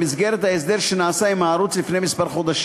במסגרת ההסדר שנעשה עם ערוץ זה לפני חודשים מספר,